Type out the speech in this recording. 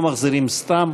לא מחזירים סתם.